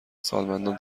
سالمندان